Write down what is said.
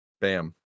bam